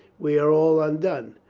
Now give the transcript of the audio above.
we are all undone.